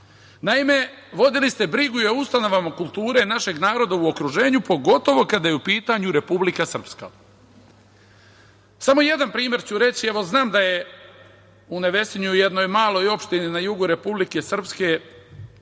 godine. Naime, vodili ste brigu i o ustanovama kulture našeg naroda u okruženju, pogotovo kada je u pitanju Republika Srpska. Samo jedan primer ću reći. Evo, znam da je u Nevesinju, u jednoj maloj opštini na jugu Republike Srpske,